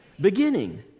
Beginning